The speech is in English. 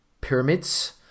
pyramids